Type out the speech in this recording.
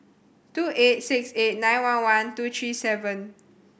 two eight six eight nine one one two three seven